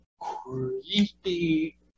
creepy